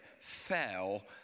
fell